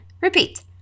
Repeat